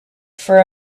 for